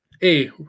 Hey